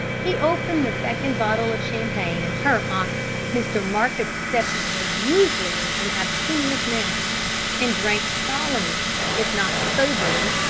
he opened the second bottle of champagne in her honour mr. marcus stepney was usually an abstemious man and drank solemnly, if not soberly,